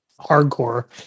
hardcore